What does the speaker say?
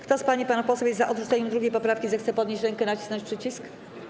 Kto z pań i panów posłów jest za odrzuceniem 2. poprawki, zechce podnieść rękę i nacisnąć przycisk.